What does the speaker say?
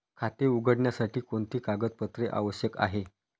खाते उघडण्यासाठी कोणती कागदपत्रे आवश्यक आहे?